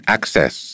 Access